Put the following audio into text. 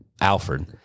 Alfred